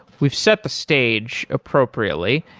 we've set the stage appropriately.